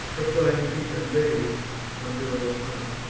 her flying feet unbath'd on billows hung.